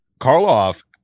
karloff